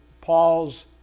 Paul's